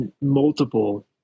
multiple